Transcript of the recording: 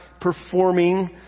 performing